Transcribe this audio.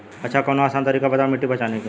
अच्छा कवनो आसान तरीका बतावा मिट्टी पहचाने की?